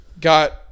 got